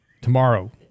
Tomorrow